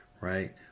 right